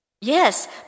Yes